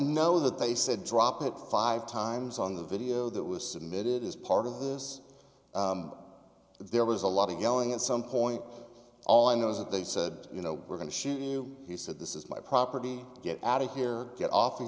know that they said drop it five times on the video that was submitted as part of this there was a lot of yelling at some point all i know is that they said you know we're going to shoot you he said this is my property get out of here get off of